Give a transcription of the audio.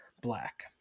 Black